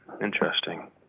Interesting